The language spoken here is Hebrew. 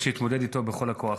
יש להתמודד איתו בכל הכוח.